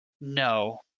No